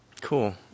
Cool